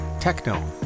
Techno